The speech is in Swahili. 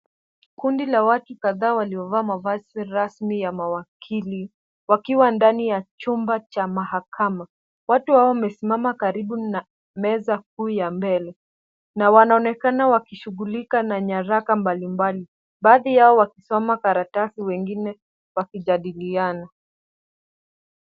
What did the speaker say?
Kuti la watu kadhaa waliovaa mavazi rasmi ya wakili wakiwa ndani ya chumba cha mahakama. Watu hawa wamesimama karibu na meza kuu ya mbele. Na wanaonekana wakishughulika na nyaraka mbalimbali. Baadhi yao wakisoma karatasi wengine wakijadiliana.